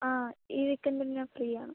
ആ ഈ വീക്കെൻറ്റിൽ ഞാൻ ഫ്രീ ആണ്